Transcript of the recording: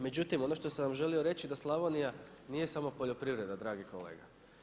Međutim, ono što sam vam želio reći da Slavonija nije samo poljoprivreda dragi kolega.